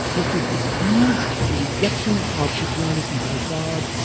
this was to prove the rejection of christianity by god.